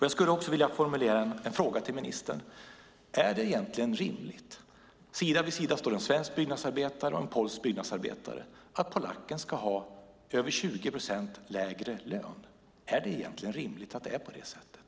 Jag skulle också vilja formulera en fråga till ministern: Är det rimligt att sida vid sida står en svensk byggnadsarbetare och en polsk byggnadsarbetare, och polacken ska ha över 20 procent lägre lön? Är det rimligt att det är på det sättet?